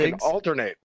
alternate